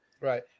Right